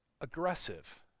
aggressive